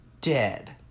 dead